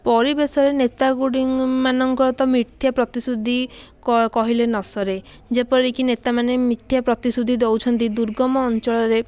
ପରିବେଶରେ ନେତା ଗୁଡ଼ି ମାନଙ୍କର ତ ମିଥ୍ୟା ପ୍ରତିଶୃତି କହିଲେ ନସରେ ଯେପରିକି ନେତାମାନେ ମିଥ୍ୟା ପ୍ରତିଶୃତି ଦେଉଛନ୍ତି ଦୁର୍ଗମ ଅଞ୍ଚଳରେ